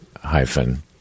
hyphen